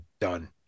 done